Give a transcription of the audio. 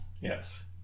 Yes